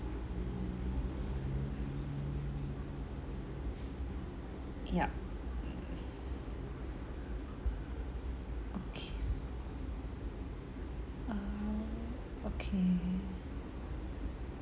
yup okay err okay